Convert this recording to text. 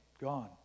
gone